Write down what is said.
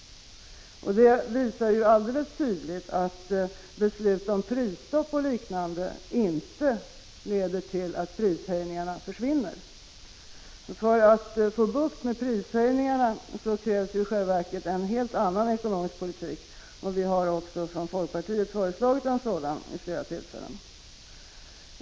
Detta visar alldeles tydligt att beslut om prisstopp inte leder till att prishöjningarna försvinner. För att få bukt med prishöjningarna krävs i själva verket en helt annan ekonomisk politik. Vi har från folkpartiet föreslagit en sådan vid flera tillfällen.